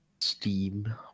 Steam